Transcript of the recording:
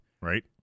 Right